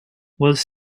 was